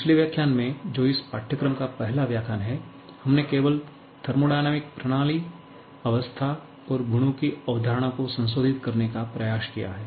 पिछले व्याख्यान में जो इस पाठ्यक्रम का पहला व्याख्यान है हमने केवल थर्मोडायनामिक प्रणाली अवस्था और गुणों की अवधारणा को संशोधित करने का प्रयास किया है